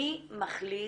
מי מחליט